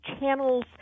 channels